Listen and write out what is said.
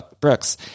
brooks